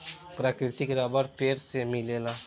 प्राकृतिक रबर पेड़ से मिलेला